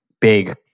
big